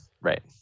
right